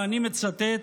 ואני מצטט: